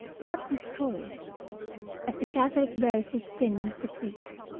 not destroy it as the catholic buries his sin with the priest.